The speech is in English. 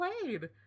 played